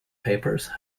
papers